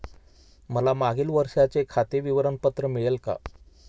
मला मागील वर्षाचे खाते विवरण पत्र मिळेल का?